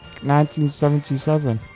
1977